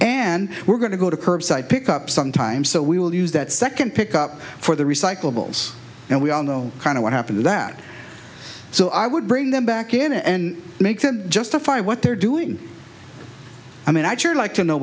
and we're going to go to curbside pick up some time so we will use that second pick up for the recyclables and we all know kind of what happened that so i would bring them back in and make them justify what they're doing i mean i'd sure like to know